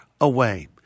away